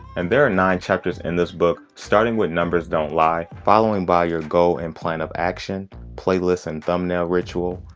and there are nine chapters in this book, starting with numbers don't lie, following by your goal and plan of action, playlist and thumbnail ritual,